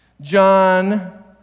John